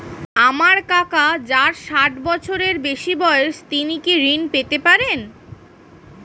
আমার কাকা যার ষাঠ বছরের বেশি বয়স তিনি কি ঋন পেতে পারেন?